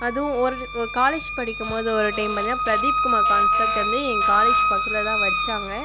அதுவும் ஒரு ஒ காலேஜ் படிக்கும் போது ஒரு டைம் பார்த்தீனா ப்ரதீப்குமார் கான்செர்ட் வந்து எங்கள் காலேஜ் பக்கத்தில் தான் வைச்சாங்க